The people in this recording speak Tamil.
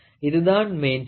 இதுதான் மெயின் ஸ்கேள்